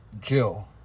Jill